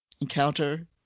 encounter